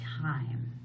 time